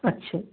अच्छा अच्छा